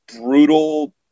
brutal